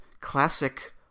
classic